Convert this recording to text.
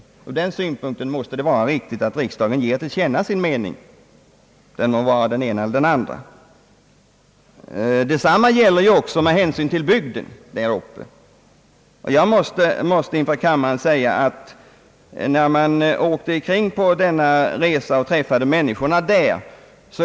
Ur den synpunkten måste det vara riktigt att riksdagen nu ger sin mening till känna — den må vara den ena eller den andra. Detsamma gäller ju också med hänsyn till bygden som berörs. Vi reste omkring och träffade människorna där.